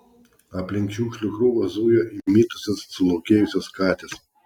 aplink šiukšlių krūvą zujo įmitusios sulaukėjusios katės